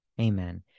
Amen